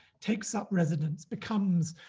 takes up residence, becomes